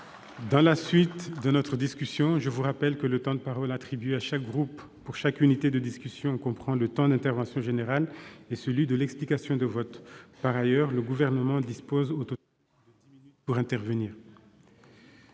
163. Mes chers collègues, je vous rappelle que le temps de parole attribué à chaque groupe pour chaque discussion comprend le temps de l'intervention générale et celui de l'explication de vote. Par ailleurs, le Gouvernement dispose au total de dix minutes pour intervenir.